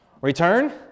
return